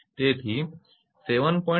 તેથી તે 7